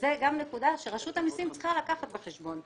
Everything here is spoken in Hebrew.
זאת נקודה שרשות המסים צריכה לקחת אותה בחשבון.